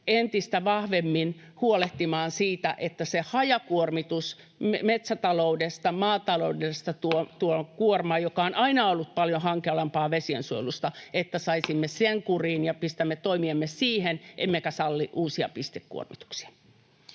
että saisimme kuriin sen hajakuormituksen metsätaloudesta, maataloudesta — tuon kuorman, joka on aina ollut paljon hankalampi vesiensuojelussa — ja pistämme toimiamme siihen emmekä salli uusia pistekuormituksia.